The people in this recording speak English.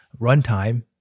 runtime